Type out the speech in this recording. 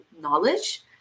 knowledge